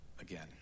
again